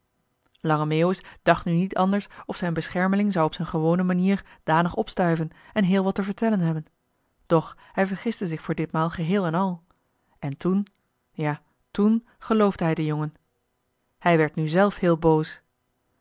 dacht nu niet anders of zijn beschermeling zou op z'n gewone manier danig opstuiven en heel wat te vertellen hebben doch hij vergiste zich voor ditmaal geheel en al en toen ja toen geloofde hij den jongen hij werd nu zelf heel boos